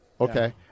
okay